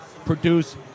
produce